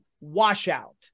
washout